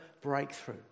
breakthrough